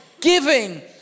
giving